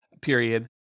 period